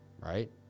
Right